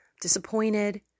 disappointed